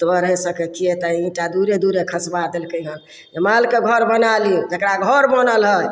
मतबरहे सभके खियेतै ईटा दुरे दुरे खसबा देलकैहन जे मालके घर बना लियौ जकरा घर बनल हइ